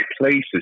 places